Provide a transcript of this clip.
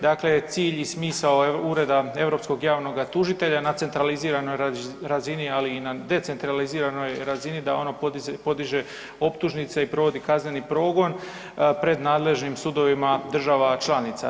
Dakle cilj i smisao Ureda europskoga javnoga tužitelja na centraliziranoj razini, ali i na decentraliziranoj razini, da ono podiže optužnice i provodi kazneni progon pred nadležnim sudovima država članica.